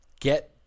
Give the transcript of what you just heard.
get